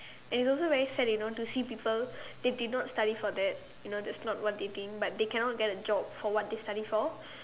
and it's also very sad you know to see people they did not study for that you know that's not what they did but they cannot get a job for what they study for